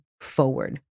forward